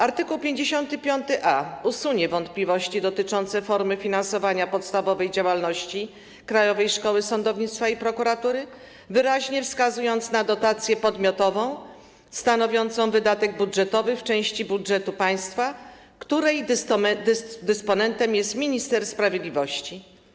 Art. 55a usunie wątpliwości dotyczące formy finansowania podstawowej działalności Krajowej Szkoły Sądownictwa i Prokuratury, wyraźnie wskazując na dotację podmiotową stanowiącą wydatek budżetowy w części budżetu państwa, której dysponentem jest minister sprawiedliwości.